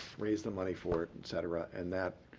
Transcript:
raise the money for it, et cetera. and that